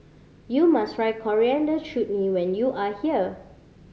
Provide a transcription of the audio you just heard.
you must try Coriander Chutney when you are here